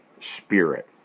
Spirit